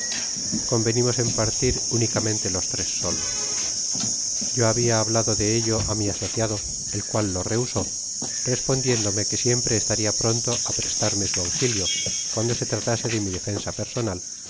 convenimos en partir únicamente los tres solos yo habla hablado de ello á mi asociado el cual lo rehusó respondiéndome que siempre estaria pronto á prestarme su aüii lio euando se tratase de mi defensa personal